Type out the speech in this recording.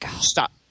Stop